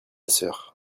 sœur